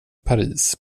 paris